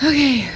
Okay